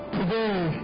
Today